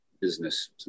business